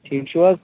ٹھیٖک چھِو حظ